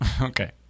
Okay